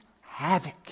havoc